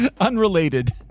Unrelated